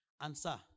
Answer